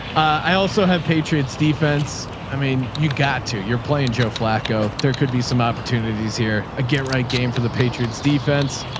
i also have patriot's defense. i mean, you got to you're playing joe flacco. there could be some opportunities here. ah get right game for the patriots defense.